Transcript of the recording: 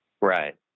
right